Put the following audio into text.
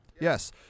Yes